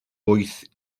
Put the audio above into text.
wyth